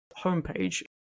homepage